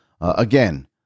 Again